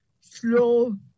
slow